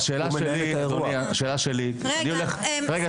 אם אתה